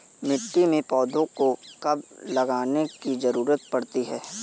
मिट्टी में पौधों को कब लगाने की ज़रूरत पड़ती है?